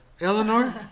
Eleanor